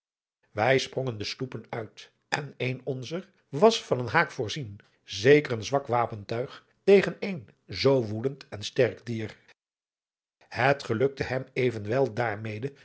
wij sprongen de sloepen uit en een onzer was van een haak voorzien zeker een zwak wapentuig tegen een zoo woedend en sterk dier het gelukte hem evenwel daarmede